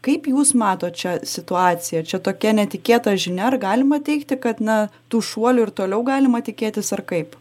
kaip jūs matot šią situaciją čia tokia netikėta žinia ar galima teigti kad na tų šuolių ir toliau galima tikėtis ar kaip